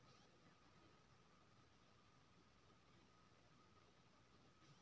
कोनो गहिंकी अपन सब कागत संगे कोनो बैंक मे सेबिंग अकाउंट खोलबा सकै छै